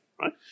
Right